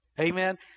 Amen